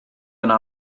yna